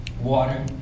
water